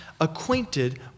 Acquainted